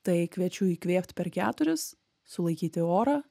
tai kviečiu įkvėpt per keturis sulaikyti orą